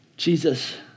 Jesus